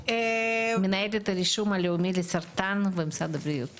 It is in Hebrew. מנהלת הרישום הלאומי לסרטן במשרד הבריאות.